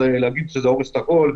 אז להגיד שזה הורס את הכול,